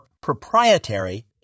proprietary